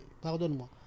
pardonne-moi